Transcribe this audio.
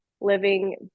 living